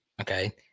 Okay